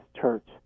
Church